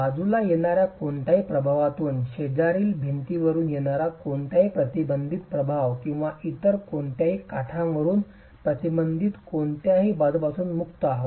बाजूला येणार्या कोणत्याही प्रभावापासून शेजारील भिंतीवरुन येणारा कोणताही प्रतिबंधित प्रभाव किंवा इतर कोणत्याही काठावरुन प्रतिबंधित कोणत्याही बाजूपासून मुक्त आहेत